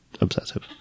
obsessive